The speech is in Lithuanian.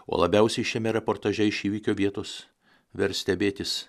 o labiausiai šiame reportaže iš įvykio vietos verstebėtis